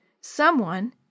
Someone